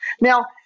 Now